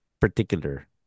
Particular